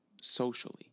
Socially